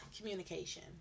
Communication